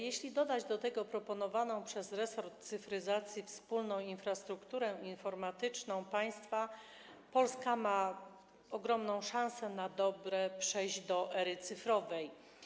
Jeśli dodać do tego proponowaną przez resort cyfryzacji wspólną infrastrukturę informatyczną państwa, Polska ma ogromną szansę na dobre przejść do ery cyfrowej.